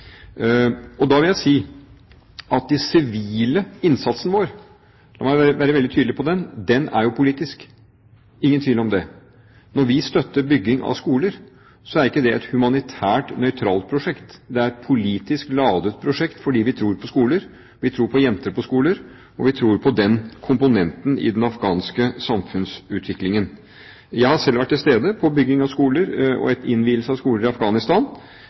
Da vil jeg si at den sivile innsatsen vår – la meg være veldig tydelig når det gjelder den – er jo politisk. Ingen tvil om det! Når vi støtter bygging av skoler, er ikke det et humanitært nøytralt prosjekt. Det er et politisk ladet prosjekt, fordi vi tror på skoler, vi tror på jenter på skoler, og vi tror på den komponenten i den afghanske samfunnsutviklingen. Jeg har selv vært til stede ved bygging og innvielse av skoler i Afghanistan,